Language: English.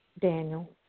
Daniel